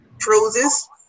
cruises